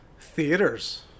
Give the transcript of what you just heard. Theaters